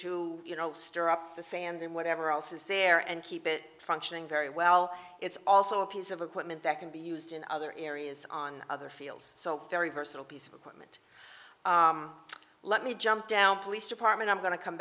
to you know stir up the sand and whatever else is there and keep it very well it's also a piece of equipment that can be used in other areas on other fields so very versatile piece of equipment let me jump down police department i'm going to come